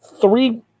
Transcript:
Three